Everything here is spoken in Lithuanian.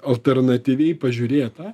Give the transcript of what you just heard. alternatyviai pažiūrėta